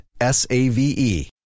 S-A-V-E